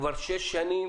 כבר שש שנים